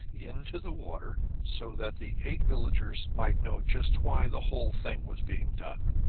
into the water so that the eight villagers might know just why the whole thing was being done.